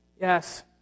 Yes